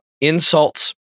insults